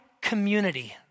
community